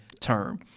term